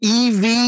EV